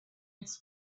its